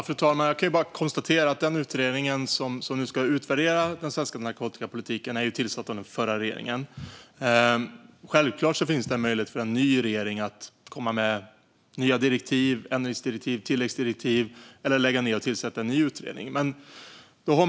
Fru talman! Den utredning som ska utvärdera den svenska narkotikapolitiken tillsattes av den förra regeringen. Givetvis finns det möjlighet för en ny regering att ge nya direktiv, ändringsdirektiv eller tilläggsdirektiv eller att lägga ned utredningen och tillsätta en ny.